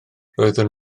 roedden